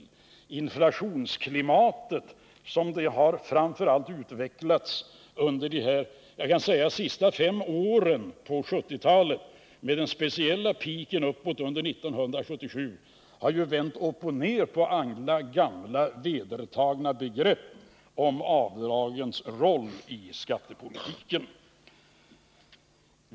Utvecklingen av inflationsklimatet framför allt under de senaste fem åren, med piken riktad uppåt speciellt under 1977, har ju vänt upp och ner på alla gamla vedertagna begrepp om avdragens roll i skattepolitiken.